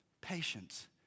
patience